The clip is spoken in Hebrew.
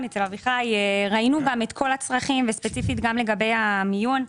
ראינו את כל הצרכים וספציפית גם לגבי המיון.